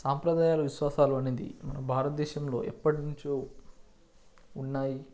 సాంప్రదాయాల విశ్వాసాలు అనేవి మన భారతదేశంలో ఎప్పటి నుంచో ఉన్నాయి